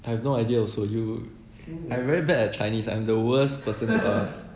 I have no idea also you I'm very bad at chinese I'm the worst person to ask